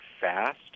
fast